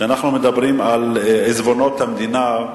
כשאנחנו מדברים על עיזבונות המדינה,